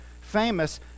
famous